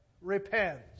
repent